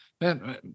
Man